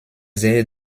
sehe